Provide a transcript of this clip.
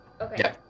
okay